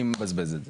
אני מבזבז את זה.